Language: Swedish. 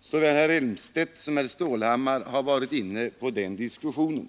Såväl herr Elmstedt som herr Stålhammar har varit inne på denna diskussion.